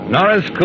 Norris